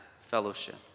fellowship